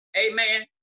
Amen